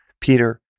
Peter